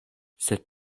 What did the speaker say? sed